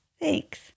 thanks